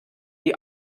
die